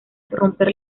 romper